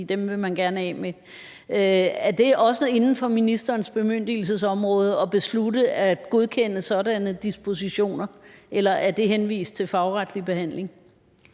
dem vil man gerne af med. Er det også inden for ministerens bemyndigelsesområde at beslutte at godkende sådanne dispositioner, eller er det henvist til en fagretlig behandling?